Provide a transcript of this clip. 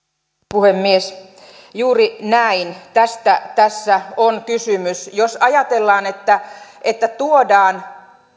puhemies juuri näin tästä tässä on kysymys jos ajatellaan että että tuodaan